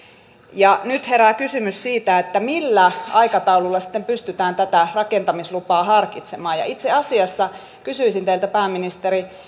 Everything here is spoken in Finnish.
nyt herää kysymys siitä millä aikataululla sitten pystytään tätä rakentamislupaa harkitsemaan ja itse asiassa kysyisin teiltä pääministeri